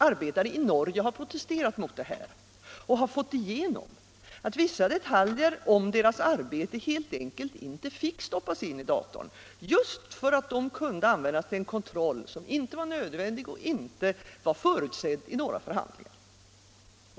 Arbetare i Norge har protesterat mot detta och fick då igenom att vissa detaljer om deras arbete helt enkelt inte fick stoppas in i datorn, just för att de kunde användas till en kontroll som inte var nödvändig och inte var förutsedd i några förhandlingar.